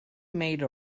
made